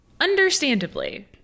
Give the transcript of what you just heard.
Understandably